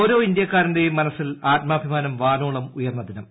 ഓരോ ഇന്ത്യക്കാരന്റെയും മനസ്സിൽ ആത്മാഭിമാനം വാനോളം ഉയർന്ന ദിനം